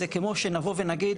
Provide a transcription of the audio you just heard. זה כמו שנבוא ונגיד,